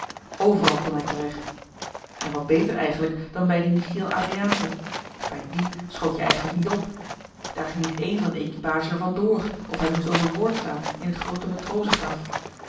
overal kon hij terecht en wat beter eigenlijk dan bij dien michiel adriaensen bij dien schoot je eigenlijk niet op daar ging niet een van de equipage er van door of hij moest over boord slaan in het groote matrozengraf